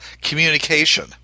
communication